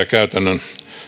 käytännön